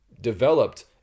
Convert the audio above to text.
developed